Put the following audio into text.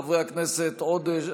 חברי הכנסת עודה,